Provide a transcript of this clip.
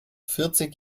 vierzig